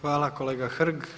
Hvala kolega Hrg.